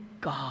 God